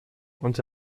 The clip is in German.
und